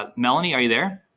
ah melanie are you there?